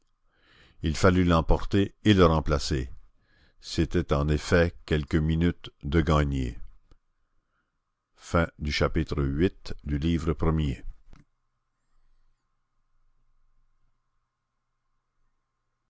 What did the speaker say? il fallut l'emporter et le remplacer c'étaient en effet quelques minutes de gagnées chapitre ix